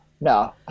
No